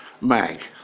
MAG